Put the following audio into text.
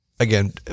Again